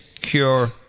cure